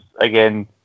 again